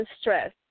stress